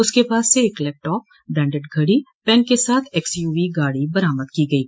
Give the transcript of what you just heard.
उसके पास से एक लैपटॉप ब्रैन्डेड घड़ी पेन के साथ एक्सयूवी गाड़ी बरामद की गयी